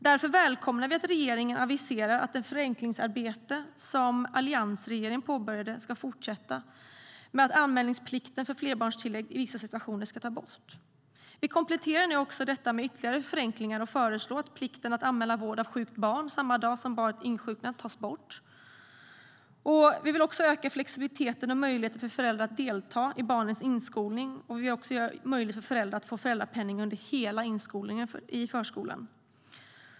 Därför välkomnar vi att regeringen aviserar att det förenklingsarbete som alliansregeringen påbörjade ska fortsätta med att anmälningsplikten för flerbarnstillägg i vissa situationer tas bort. Vi kompletterar nu detta med ytterligare förenklingar och föreslår att plikten att anmäla vård av sjukt barn samma dag som barnet insjuknar tas bort. Vi vill också öka flexibiliteten och möjligheten för föräldrar att delta i barnens inskolning och göra det möjligt för föräldrar att få föräldrapenning under hela inskolningen i förskolan.